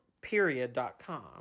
period.com